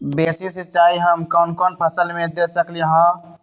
Basin सिंचाई हम कौन कौन फसल में दे सकली हां?